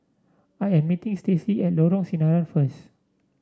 I am meeting Stacey at Lorong Sinaran first